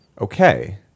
Okay